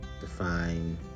define